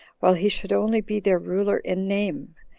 while he should only be their ruler in name,